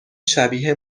شبیه